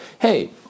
hey